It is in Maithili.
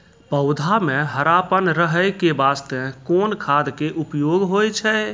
पौधा म हरापन रहै के बास्ते कोन खाद के उपयोग होय छै?